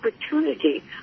opportunity